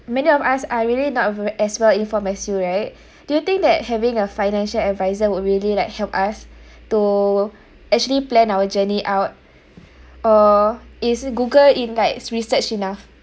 many of us are really not ve~ as well inform as you right do you think that having a financial advisor would really like help us to actually plan our journey out or is google in like research enough